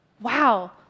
Wow